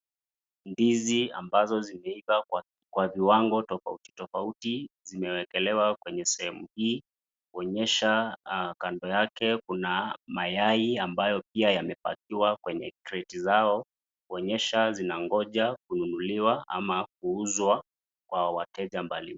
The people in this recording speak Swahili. Ndizi ambazo zimeiva kwa viwango tofauti tofauti zimewekelewa kwenye sehemu hii, kuonyesha kando yake kuna mayai ambayo pia yamepakiwa kwenye kreti zao kuonyesha zangoja kununuliwa ama kuuzwa kwa wateja mbalimbali.